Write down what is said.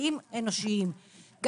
הישיבה ננעלה בשעה 14:04.